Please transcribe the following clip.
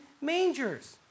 mangers